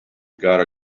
gotta